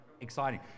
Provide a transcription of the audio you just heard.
exciting